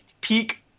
peak